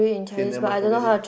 okay nevermind forget it